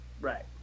Right